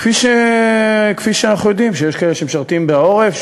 כפי שאנחנו יודעים שיש כאלה שמשרתים בעורף,